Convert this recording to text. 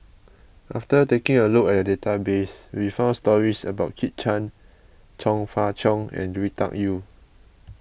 after taking a look at the database we found stories about Kit Chan Chong Fah Cheong and Lui Tuck Yew